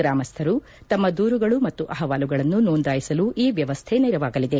ಗ್ರಾಮಸ್ತರು ತಮ್ಮ ದೂರುಗಳು ಮತ್ತು ಅಹವಾಲುಗಳನ್ನು ನೊಂದಾಯಿಸಲು ಈ ವ್ಯವಸ್ಥೆ ನೆರವಾಗಲಿದೆ